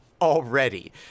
Already